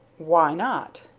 why not?